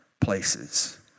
places